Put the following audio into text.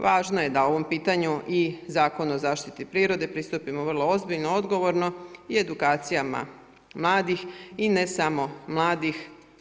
Važno je da o ovom pitanju i Zakon o zaštiti prirode pristupimo vrlo ozbiljno, odgovorno i edukacijama mladih i ne samo mladih.